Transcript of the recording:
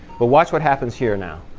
but watch what happens here now.